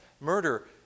murder